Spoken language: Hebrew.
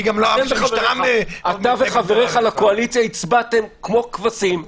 אתה וחבריך לקואליציה הצבעתם כמו כבשים,